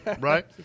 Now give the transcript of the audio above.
Right